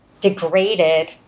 degraded